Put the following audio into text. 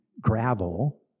gravel